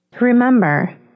Remember